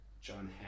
John